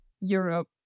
Europe